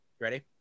Ready